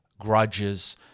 grudges